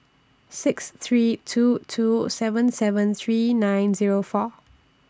six three two two seven seven three nine Zero four